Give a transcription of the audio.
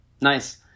Nice